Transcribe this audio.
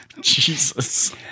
jesus